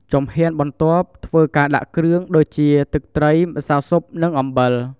ជំហានបន្ទាប់ធ្វើការដាក់គ្រឿង ដូចជា ទឹកត្រី ម្សៅស៊ុប នឹងអំបិល។